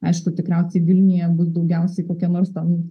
aišku tikriausiai vilniuje daugiausiai kokie nors ten